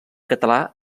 català